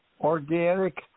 organic